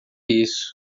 isso